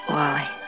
Wally